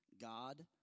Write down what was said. God